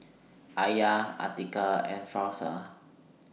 Alya Atiqah and Firash